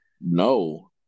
No